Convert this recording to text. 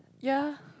yea